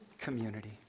community